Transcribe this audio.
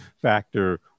factor